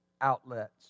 outlets